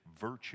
Virtue